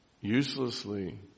uselessly